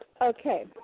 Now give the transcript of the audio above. Okay